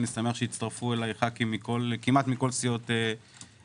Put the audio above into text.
אני שמח שהצטרפו אליי ח"כים כמעט מכל סיעות הבית.